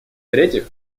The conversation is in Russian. третьих